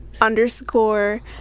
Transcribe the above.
underscore